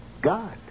god